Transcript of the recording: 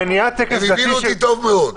הם הבינו אותי טוב מאוד.